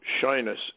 shyness